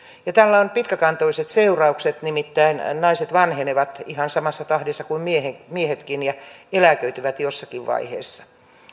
ja tällä on pitkäkantoiset seuraukset nimittäin naiset vanhenevat ihan samassa tahdissa kuin miehet ja eläköityvät jossakin vaiheessa